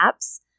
apps